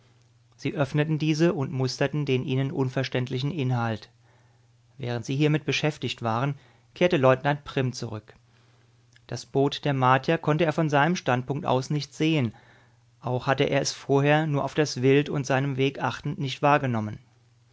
sie öffneten diese und musterten den ihnen unverständlichen inhalt während sie hiermit beschäftigt waren kehrte leutnant prim zurück das boot der martier konnte er von seinem standpunkt aus nicht sehen auch hatte er es vorher nur auf das wild und seinen weg achtend nicht wahrgenommen